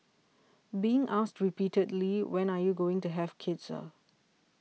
being asked repeatedly when are you going to have kids ah